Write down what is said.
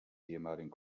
ehemaligen